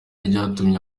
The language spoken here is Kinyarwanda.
ryatumye